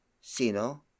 Sino